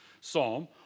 psalm